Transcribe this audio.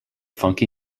funky